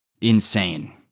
insane